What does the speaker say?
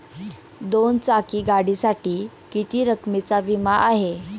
दोन चाकी गाडीसाठी किती रकमेचा विमा आहे?